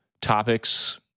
topics